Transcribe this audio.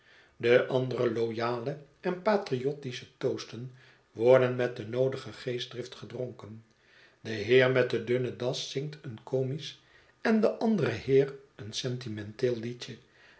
de andere ioyale en patriottische toasten worden met de noodige geestdrift gedronken de heer met de dunne das zingt een comisch en de andere heer een sentimenteel liedje